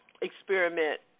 experiment